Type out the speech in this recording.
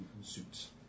suits